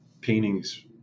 paintings